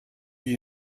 you